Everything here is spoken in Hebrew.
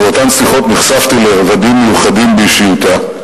ובאותן שיחות נחשפתי לרבדים מיוחדים באישיותה,